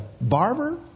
barber